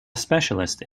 specialist